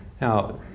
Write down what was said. Now